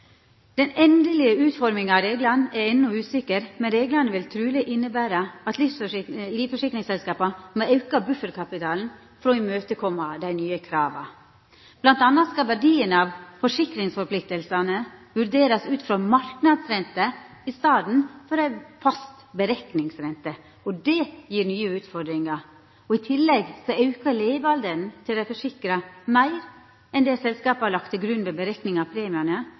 Den endelege utforminga av reglane er enno usikker, men reglane vil truleg innebera at livsforsikringsselskapa må auka bufferkapitalen for å imøtekoma dei nye krava. Blant anna skal verdien av forsikringsforpliktingane vurderast ut frå marknadsrente i staden for ei fast berekningsrente. Det gir nye utfordringar. I tillegg aukar levealderen til dei forsikra meir enn det selskapa har lagt til grunn ved berekning av premiane,